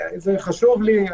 זה חשוב לי,